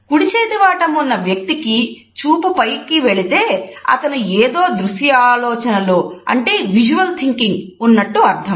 కుడి చేతి వాటం ఉన్న వ్యక్తికి చూపు పైకి వెళితే అతను ఏదో దృశ్య ఆలోచనలో ఉన్నట్టు అర్థం